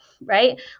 right